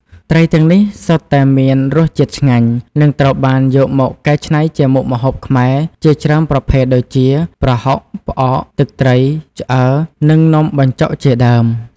ត្រីទាំងនេះសុទ្ធតែមានរសជាតិឆ្ងាញ់ និងត្រូវបានយកមកកែច្នៃជាមុខម្ហូបខ្មែរជាច្រើនប្រភេទ ដូចជា ប្រហុក ផ្អក ទឹកត្រី ឆ្អើរ និងនំបញ្ចុកជាដើម។